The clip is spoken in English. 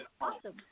awesome